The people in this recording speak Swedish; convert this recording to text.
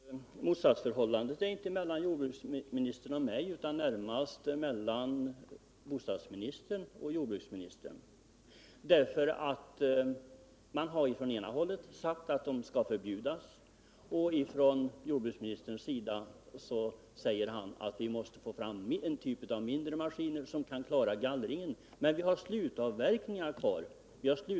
Herr talman! Motsatsförhållandet finns inte mellan jordbruksministern och mig utan närmast mellan bostadsministern och jordbruksministern. Från det ena hållet har nämligen sagts att maskinerna skall förbjudas, och jordbruksministern säger att vi måste få fram en typ av mindre maskiner som kan klara gallringen. Men vi har slutavverkningar kvar.